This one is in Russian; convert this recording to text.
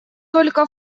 только